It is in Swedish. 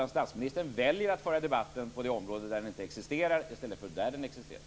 Statsministern väljer att föra debatten på det område där den inte existerar i stället för där den existerar.